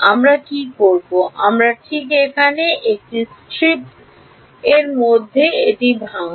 আমরা কীভাবে করব আমরা ঠিক এখানে এটি একটি স্ট্রিপ মধ্যে এটি ভাঙ্গা